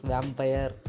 Vampire